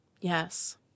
Yes